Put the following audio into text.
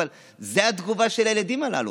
אבל זו התגובה של הילדים הללו.